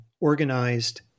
organized